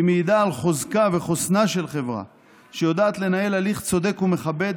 היא מעידה על חוזקה וחוסנה של חברה שיודעת לנהל הליך צודק ומכבד